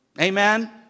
Amen